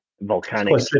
volcanic